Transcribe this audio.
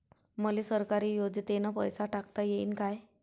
मले सरकारी योजतेन पैसा टाकता येईन काय?